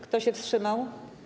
Kto się wstrzymał?